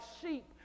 sheep